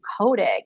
coding